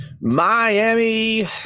Miami